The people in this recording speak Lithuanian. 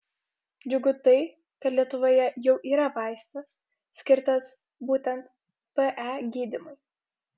džiugu tai kad lietuvoje jau yra vaistas skirtas būtent pe gydymui